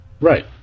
right